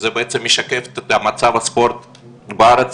זה בעצם מייצג את מצב הספורט בארץ,